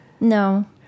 No